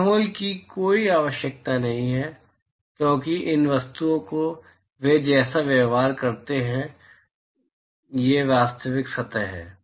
pinhole की कोई आवश्यकता नहीं है क्योंकि इन वस्तुओं का वे जैसा व्यवहार करते हैं ये वास्तविक सतह हैं